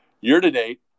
Year-to-date